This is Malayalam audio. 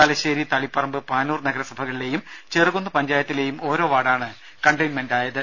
തലശ്ശേരി തളിപറമ്പ് പാനൂർ നഗരസഭകളിലെയും ചെറുകുന്ന് പഞ്ചായത്തിലെയും ഓരോ വാർഡാണ് കണ്ടയിൻമെന്റ് ആയത്